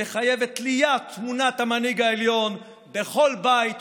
שמחייב את תליית תמונת המנהיג העליון בכל בית,